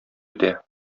үтә